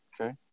Okay